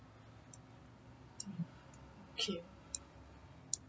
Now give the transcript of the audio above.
okay